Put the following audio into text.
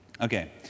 Okay